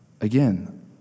Again